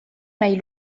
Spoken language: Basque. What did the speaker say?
nahi